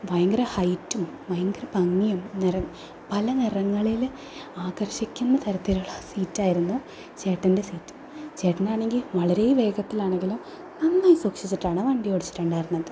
ഭയങ്കര ഹൈറ്റും ഭയങ്കര ഭംഗിയും അന്നേരം പല നിറങ്ങളിലും ആകർഷിക്കുന്ന തരത്തിലുള്ള സീറ്റായിരുന്നു ചേട്ടൻ്റെ സീറ്റ് ചേട്ടനാണെങ്കിൽ വളരെ വേഗത്തിലാണെങ്കിൽ നന്നായി സൂക്ഷിച്ചിട്ടാണ് വണ്ടിയോടിച്ചിട്ടുണ്ടായിരുന്നത്